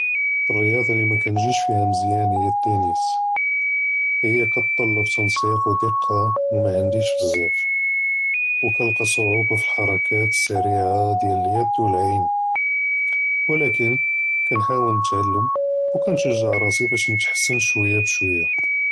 רִיַּاضָה לִי מַאקַאנְגִ'יבְּש פִיהَا בְּזַאף הִי טֵנִיס, הִי כַּאתְטַלַב תַּנְסִיק וְדִּקָּה וּמַעַנְדִיש בְּזַאף, וְכַאנְלְקַא ṣוּעֻבָּה פִלְחַרַקָּאת אֶלְסִרְעָה דִּיַאל אֶלְיָד וְאֶלְעֵין, וּלָקִין כַּאנְחָاوַּל נִתְעַלֵּם וְכַאנְשַּׁגֵּע רַאסִי בַּאש נִתְחַסֵּן שְׁوَيָّة בְּשְׁوَيָّة.